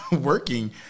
working